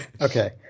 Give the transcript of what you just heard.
Okay